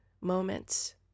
moments